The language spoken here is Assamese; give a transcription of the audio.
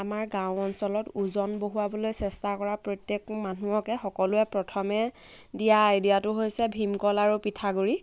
আমাৰ গাঁও অঞ্চলত ওজন বঢ়োৱাবলৈ চেষ্টা কৰা প্ৰত্যেক মানুহকে সকলোৱে প্ৰথমে দিয়া আইডিয়াটো হৈছে ভীমকল আৰু পিঠাগুৰি